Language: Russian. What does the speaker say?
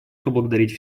поблагодарить